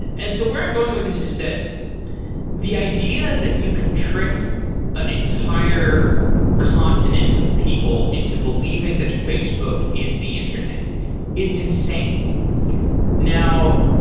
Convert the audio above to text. and so where i'm going with this is that the idea that you can trick an entire continent of people into believing that facebook is the internet is insane now,